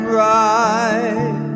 right